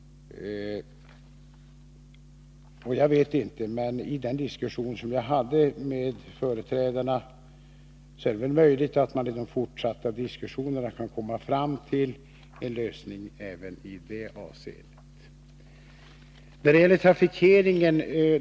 Jag vet inte, men att döma av den diskussion jag hade med dessa företrädare är det möjligt att man i de fortsatta överläggningarna kan komma fram till en lösning även i det avseendet.